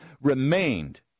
remained